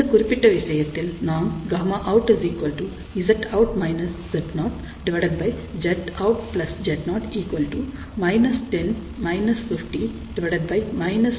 இந்த குறிப்பிட்ட விஷயத்தில் நாம் Γout Zout−ZoZoutZo−10−50−1050 1